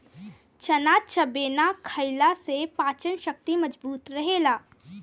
चना चबेना खईला से पाचन शक्ति मजबूत रहेला